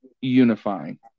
unifying